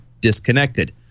disconnected